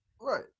Right